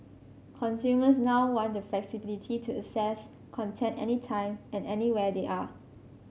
consumers now want the flexibility to access content any time and anywhere they are